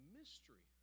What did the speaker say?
mystery